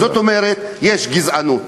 זאת אומרת, יש גזענות.